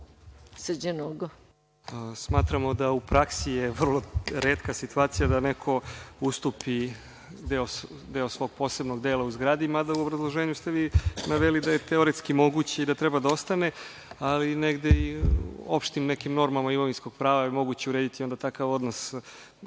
**Srđan Nogo** Smatramo da u praksi je, vrlo retka situacija, da neko ustupi deo svog posebnog dela u zgradi, mada u obrazloženju ste vi naveli da je teoretski moguć i da treba da ostane, ali negde i u opštim nekim normama imovinskog prava je moguće urediti takav odnos po